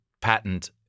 patent